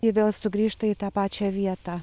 ji vėl sugrįžta į tą pačią vietą